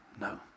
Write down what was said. No